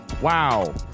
Wow